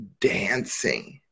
dancing